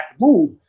move